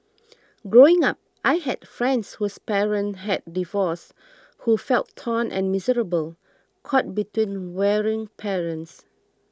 growing up I had friends whose parents had divorced who felt torn and miserable caught between warring parents